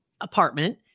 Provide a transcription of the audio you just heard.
apartment